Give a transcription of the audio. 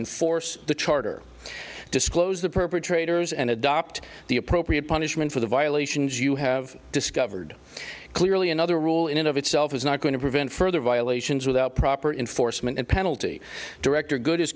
enforce the charter disclose the perpetrators and adopt the appropriate punishment for the violations you have discovered clearly another rule in and of itself is not going to prevent further violations without proper in foresman and penalty director good is